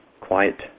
quiet